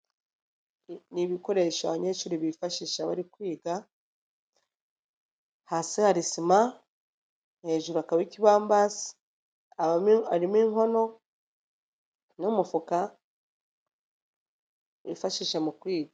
Ni ibikoresho abanyeshuri bifashisha bari kwiga, hasi hari sima, hejuru hakaba ikibambasi, harimo inkono n'umufuka bifashisha mu kwiga.